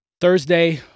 Thursday